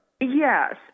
Yes